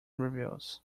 reviews